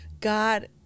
God